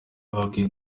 bakwiye